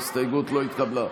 ההסתייגות לא התקבלה.